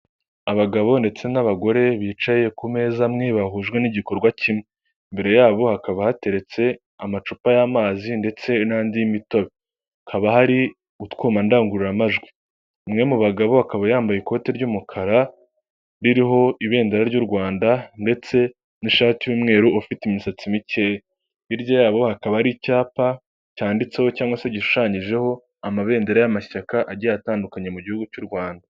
Abagabo ndetse n'abagore bicaye ku meza amwe bahujwe n'igikorwa kimwe, imbere yabo hakaba hateretse amacupa y'amazi ndetse n'andi mitobe, hakaba hari utwuma ndangururamajwi, umwe mu bagabo akaba yambaye ikoti ry'umukara, ririho ibendera ry'u Rwanda, ndetse n'ishati y'umweru ufite imisatsi mikeya, hirya yabo hakaba ari icyapa cyanditseho cyangwag se gishushanyijeho amabendera y'amashyaka agiye atandukanye mu gihugu cy'u Rwanda.